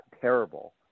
terrible